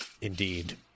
Indeed